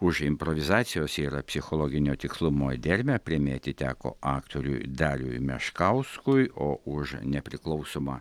už improvizacijos yra psichologinio tikslumo dermę premija atiteko aktoriui dariui meškauskui o už nepriklausomą